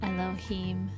Elohim